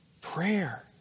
Prayer